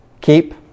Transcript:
keep